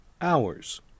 hours